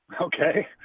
okay